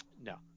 No